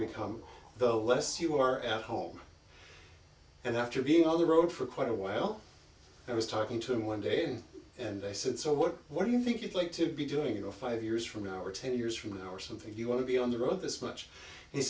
become the less you are at home and after being on the road for quite a while i was talking to him one day and they said so what what do you think you'd like to be doing or five years from now or ten years from now or something you want to be on there of this much